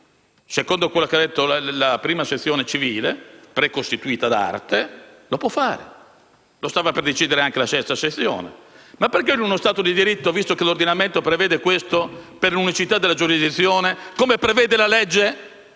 Secondo quello che ha detto la prima sezione civile, precostituita ad arte, lo può fare e lo stava per decidere anche la sesta sezione. Ma perché, in uno Stato di diritto, visto che l'ordinamento prevede questo per l'unicità della giurisdizione, il primo presidente